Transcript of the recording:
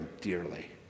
dearly